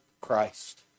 Christ